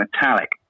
metallic